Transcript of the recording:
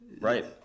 Right